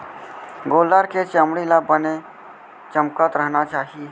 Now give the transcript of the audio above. गोल्लर के चमड़ी ल बने चमकत रहना चाही